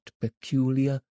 peculiar